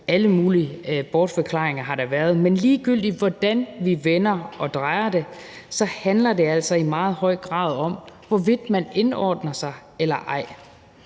Alle mulige bortforklaringer har der været, men ligegyldigt hvordan vi vender og drejer det, handler det altså i meget høj grad om, hvorvidt man indordner sig eller ej,